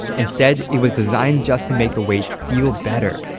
instead, it was designed just to make the wait feel better.